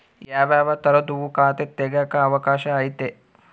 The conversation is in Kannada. ಯಾವ್ಯಾವ ತರದುವು ಖಾತೆ ತೆಗೆಕ ಅವಕಾಶ ಐತೆ?